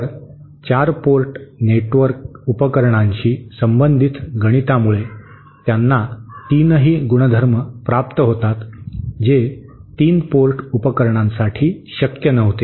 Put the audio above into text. तर 4 पोर्ट उपकरणांशी संबंधित गणितामुळे त्यांना तीनही गुणधर्म प्राप्त होतात जे 3 पोर्ट उपकरणांसाठी शक्य नव्हते